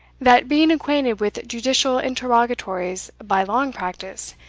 that, being acquainted with judicial interrogatories by long practice,